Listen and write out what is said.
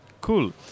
cool